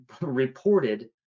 reported